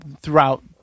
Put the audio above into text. throughout